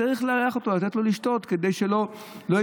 צריך לארח אותו ולתת לו לשתות כדי שלא ייפגע.